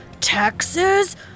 Texas